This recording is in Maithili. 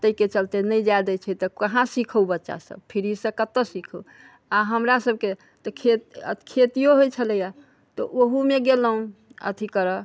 तै के चलते नहि जाइ दै छै तऽ कहाँ सीखौ बच्चा सब फ्रीसँ कतऽ सीखौ आओर हमरा सबके तऽ खेत खेतियो होइ छलैय तऽ ओहूमे गेलहुँ अथी करऽ